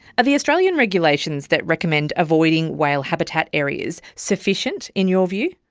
are the australian regulations that recommend avoiding whale habitat areas sufficient in your view?